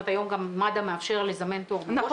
היום גם מד"א מאפשר לזמן תור מראש